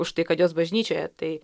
už tai kad jos bažnyčioje tai